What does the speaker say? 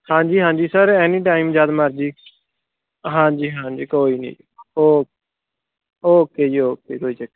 ਹਾਂਜੀ ਹਾਂਜੀ sir any time ਜਦ ਮਰਜ਼ੀ ਹਾਂਜੀ ਹਾਂਜੀ ਕੋਈ ਨਹੀਂ ਓ ਓਕੇ ਜੀ ਓਕੇ ਕੋਈ ਚੱਕਰ